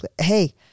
hey